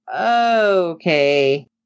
okay